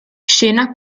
scena